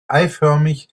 eiförmig